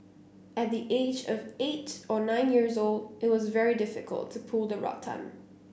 at the age of eight or nine years old it was very difficult to pull the rattan